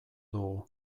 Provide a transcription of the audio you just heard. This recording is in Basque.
dugu